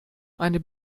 eine